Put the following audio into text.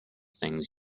things